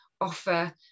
offer